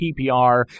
PPR